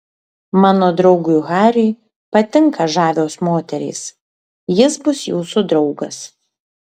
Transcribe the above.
mano draugui hariui patinka žavios moterys jis bus jūsų draugas